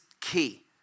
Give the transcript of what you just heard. key